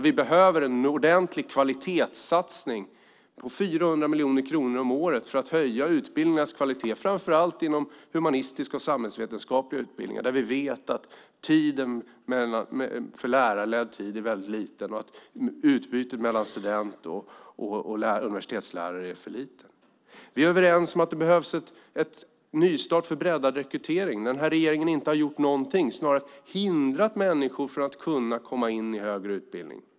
Vi behöver en ordentlig kvalitetssatsning på 400 miljoner kronor om året för att höja utbildningarnas kvalitet, framför allt inom humanistiska och samhällsvetenskapliga utbildningar, där vi vet att andelen lärarledd tid är väldigt liten och att utbytet mellan student och universitetslärare är för litet. Vi är överens om att det behövs en nystart för att bredda rekryteringen. Den här regeringen har inte gjort någonting, snarare hindrat människor från att komma in i högre utbildning.